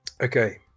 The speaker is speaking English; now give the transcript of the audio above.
Okay